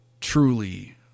truly